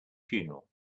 funeral